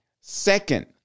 Second